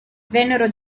vennero